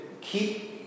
keep